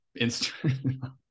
Instagram